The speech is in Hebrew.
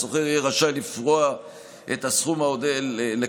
השוכר יהיה רשאי לקבל את הסכום העודף